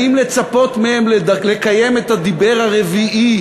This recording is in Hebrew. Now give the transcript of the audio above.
האם לצפות מהם לקיים את הדיבר הרביעי